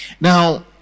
now